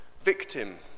Victim